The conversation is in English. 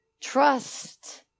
Trust